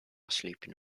sleeping